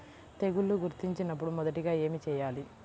తెగుళ్లు గుర్తించినపుడు మొదటిగా ఏమి చేయాలి?